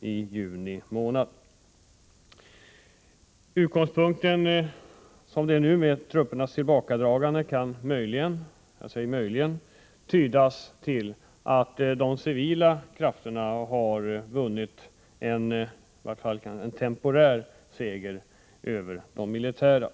i juni månad. Den situation som nu föreligger med truppernas tillbakadragande kan möjligen — jag säger möjligen — tydas så, att de civila krafterna vunnit en i varje fall temporär seger över de militära.